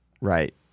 Right